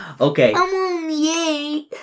Okay